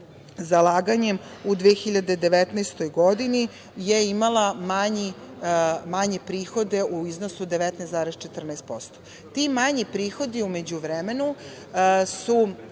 zalaganjem u 2019. godini imala manje prihode u iznosu od 19,14%. Ti manji prihodi u međuvremenu su